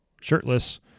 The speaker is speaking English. shirtless